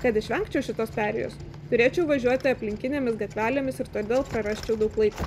kad išvengčiau šitos perėjos turėčiau važiuoti aplinkinėmis gatvelėmis ir todėl prarasti daug laiko